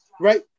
Right